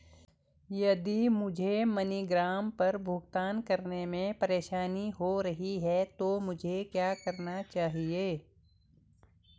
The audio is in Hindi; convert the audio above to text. यदि मुझे मनीग्राम पर भुगतान करने में परेशानी हो रही है तो मुझे क्या करना चाहिए?